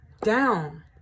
down